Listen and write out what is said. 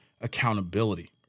accountability